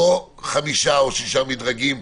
לא חמישה או שישה מדרגים,